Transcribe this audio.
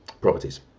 properties